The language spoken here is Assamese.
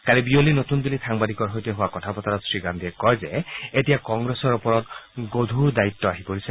কালি বিয়লি নতুন দিল্লীত সাংবাদিকৰ সৈতে হোৱা কথা বতৰাত শ্ৰীগান্ধীয়ে কয় যে এতিয়া কংগ্ৰেছৰ ওপৰত গধুৰ দায়িত্ব আহি পৰিছে